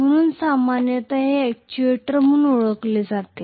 म्हणून सामान्यत हे अॅक्ट्युएटर म्हणून ओळखले जाते